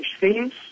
themes